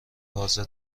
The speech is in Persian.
حاضر